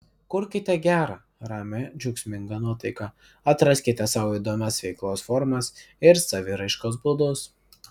kurkite gerą ramią džiaugsmingą nuotaiką atraskite sau įdomias veiklos formas ir saviraiškos būdus